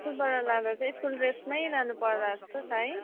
स्कुलबाट लाँदा चाहिँ स्कुल ड्रेसमै लानु पर्ला जस्तो छ है